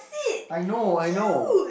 I know I know